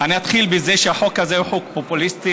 אני אתחיל בזה שהחוק הזה הוא חוק פופוליסטי,